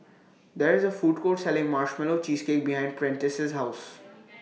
There IS A Food Court Selling Marshmallow Cheesecake behind Prentice's House